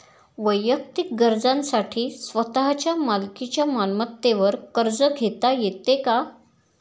वैयक्तिक गरजांसाठी स्वतःच्या मालकीच्या मालमत्तेवर कर्ज घेता येतो का?